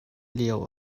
lio